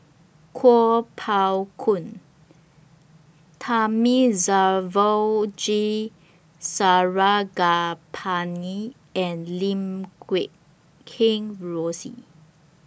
Kuo Pao Kun Thamizhavel G Sarangapani and Lim Guat Kheng Rosie